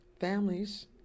families